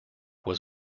was